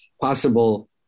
possible